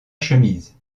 chemise